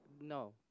no